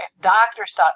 doctors